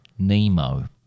Nemo